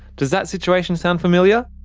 does that situation sound familiar?